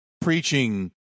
preaching